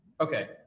Okay